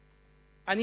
השואה?